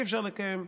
אי-אפשר לקיים,